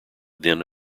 then